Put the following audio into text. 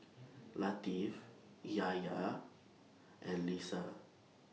Latif Yahaya and Lisa